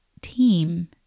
team